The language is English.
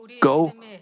go